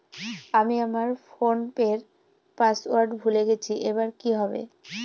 আমি আমার ফোনপের পাসওয়ার্ড ভুলে গেছি এবার কি হবে?